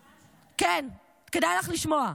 כן, כדאי לך לשמוע,